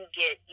get